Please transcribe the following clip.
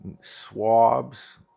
swabs